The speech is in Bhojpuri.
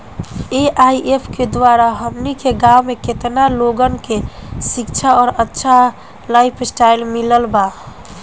ए.आई.ऐफ के द्वारा हमनी के गांव में केतना लोगन के शिक्षा और अच्छा लाइफस्टाइल मिलल बा